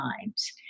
Times